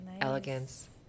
elegance